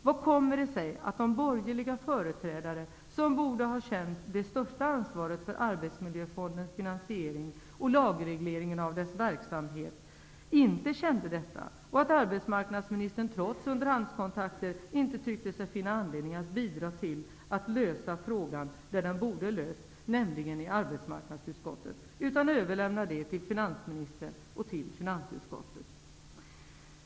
Hur kommer det sig att de borgerliga företrädare som borde ha känt det största ansvaret för Arbetsmiljöfondens finansiering och lagregleringen av dess verksamhet inte kände detta, och att arbetsmarknadsministern trots underhandskontakter inte tyckte sig finna anledning att bidra till att lösa frågan där den borde ha lösts, nämligen i arbetsmarknadsutskottet - utan överlämnade det till finansministern och till finansutskottet?